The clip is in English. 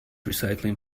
recycling